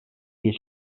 bir